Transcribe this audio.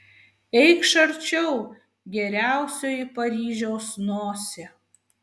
eikš arčiau geriausioji paryžiaus nosie